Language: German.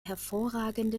hervorragende